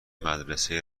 مدرسه